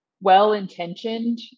well-intentioned